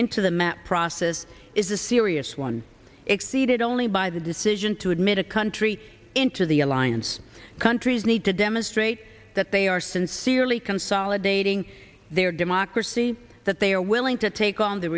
into the map process is a serious one exceeded only by the decision to admit a country into the alliance countries need to demonstrate that they are sincerely consolidating their democracy that they are willing to take on the